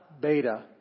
Beta